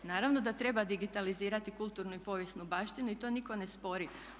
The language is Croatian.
Naravno da treba digitalizirati kulturnu i povijesnu baštinu i to nitko ne spori.